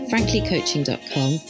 franklycoaching.com